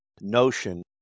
notion